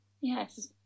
Yes